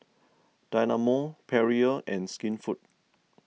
Dynamo Perrier and Skinfood